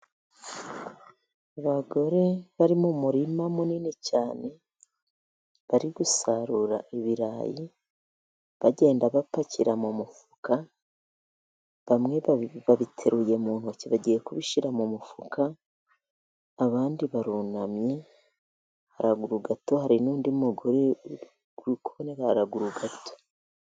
Abagore bari mu murima munini cyane, bari gusarura ibirayi bagenda bapakira mu mufuka. Bamwe babiteruye mu ntoki bagiye kubishyira mu mufuka, abandi barunamye. Haruguru gato hari n'undi mugore uri gukurira haruguru gato.